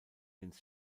ins